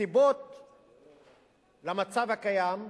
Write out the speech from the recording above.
הסיבות למצב הקיים,